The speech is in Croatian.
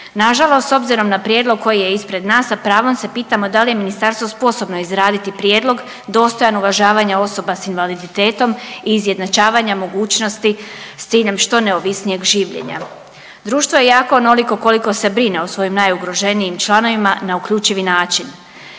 Na žalost, s obzirom na prijedlog koji je ispred nas, a s pravom se pitamo da li je ministarstvo sposobno izraditi prijedlog dostojan uvažavanja osoba sa invaliditetom i izjednačavanja mogućnosti s ciljem što neovisnijeg življenja. Društvo je jako onoliko koliko se brine o svojim najugroženijim članovima na uključivi način.